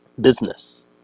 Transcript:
business